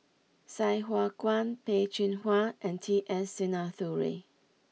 Sai Hua Kuan Peh Chin Hua and T S Sinnathuray